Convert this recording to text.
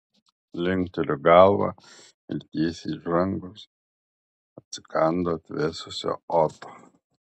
linkteliu galvą ir tiesiai iš rankos atsikandu atvėsusio oto